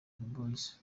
boys